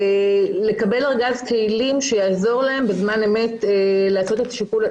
לקבל ארגז כלים שיעזור להם בזמן אמת לעשות שיקול,